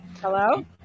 Hello